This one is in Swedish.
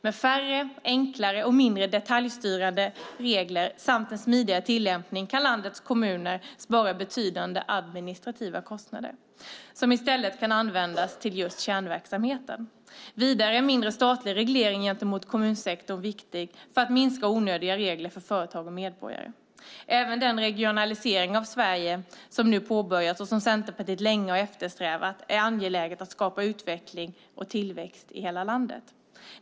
Med färre, enklare och mindre detaljstyrande regler samt en smidigare tillämpning kan landets kommuner spara betydande administrativa kostnader som i stället kan användas till just kärnverksamheten. Vidare är mindre statlig reglering gentemot kommunsektorn viktigt för att minska onödiga regler för företag och medborgare. Även den regionalisering av Sverige som nu har påbörjats och som Centerpartiet länge har eftersträvat är angelägen för att skapa utveckling och tillväxt i hela landet.